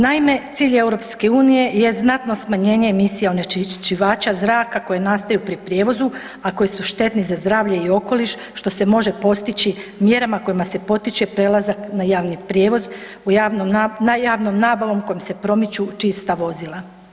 Naime, cilj EU je znatno smanjenje emisija onečišćivača zraka koji nastaju pri prijevozu, a koji su štetni za zdravlje i okoliš što se može postići mjerama kojima se potiče prelazak na javni prijevoz u javnom, na javnom nabavom kojim se promiču čista vozila.